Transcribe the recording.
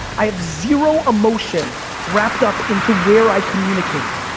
i have zero emotion wrapped up into where i communicate.